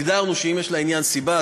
הגדרנו שאם יש לעניין סיבה,